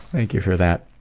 thank you for that.